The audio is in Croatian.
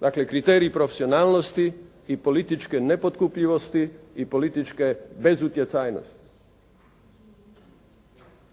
Dakle, kriterij profesionalnosti i političke nepotkupljivosti i političke bezutjecajnosti.